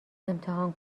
امتحان